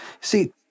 see